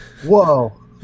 whoa